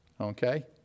okay